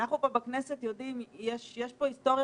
אנחנו כאן בכנסת יודעים שיש כאן היסטוריה